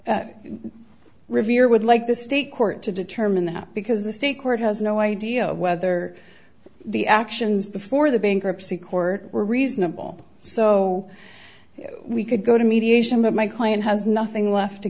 revere would like the state court to determine that because the state court has no idea whether the actions before the bankruptcy court were reasonable so we could go to mediation but my client has nothing left to